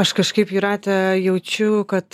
aš kažkaip jūrate jaučiu kad